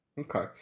Okay